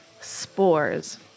spores